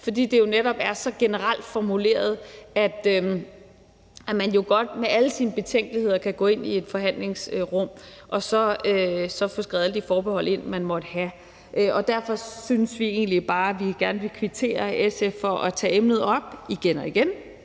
fordi det netop er så generelt formuleret, at man jo godt med alle sine betænkeligheder kan gå ind i et forhandlingsrum og så få skrevet alle de forbehold ind, man måtte have. Derfor synes vi egentlig bare, at vi gerne vil kvittere SF for at tage emnet op igen og igen.